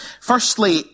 Firstly